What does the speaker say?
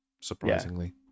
surprisingly